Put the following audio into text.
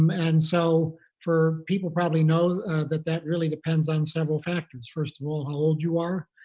um and so for people probably know that that really depends on several factors, first of all how old you are,